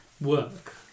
work